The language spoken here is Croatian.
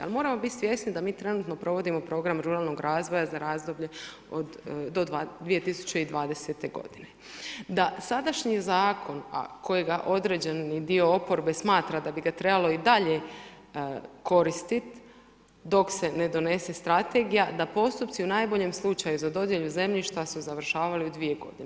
Ali moramo biti svjesni da mi trenutno provodimo Program ruralnog razvoja za razdoblje do 2020. godine, da sadašnji zakona, a koji ga određeni dio oporbe smatra da bi ga trebalo i dalje koristiti dok se ne donese strategija da postupci u najboljem slučaju za dodjelu zemljišta su završavali u dvije godine.